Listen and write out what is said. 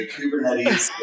Kubernetes